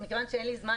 מכיוון שאין לי זמן,